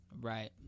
Right